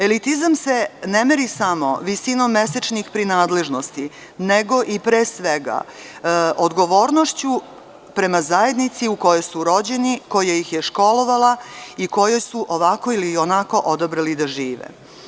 Elitizam se ne meri samo visinom mesečnih prinadležnosti nego i pre svega, odgovornošću prema zajednicu u kojoj su rođeni, koja ih je školovala i kojoj su ovako ili onako odabrali da žive.